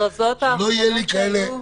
אני רוצה לקבוע